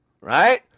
Right